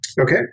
Okay